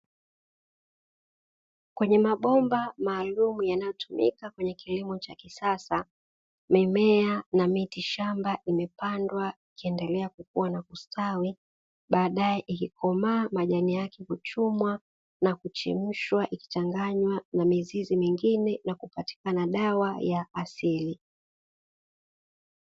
Mabomba maalumu yanayowekwa kwenye kilimo cha kisasa mimea na miti shamba imepandwa ikiendelea kukua na kustawi baadaye ilikomaa majani yake kuchumwa na kuchemshwa ikichanganywa na mizizi mingine na kupatikana dawa ya asili.